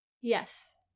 yes